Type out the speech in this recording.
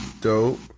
dope